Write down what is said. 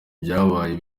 byabaye